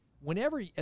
whenever